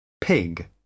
Pig